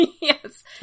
Yes